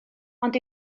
ond